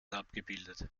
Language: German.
abgebildet